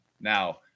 now